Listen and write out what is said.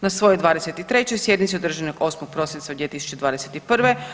Na svojo 23. sjednici održanoj 8. prosinca 2021.